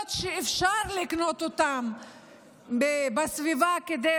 האפשרויות שאפשר לקנות בסביבה כדי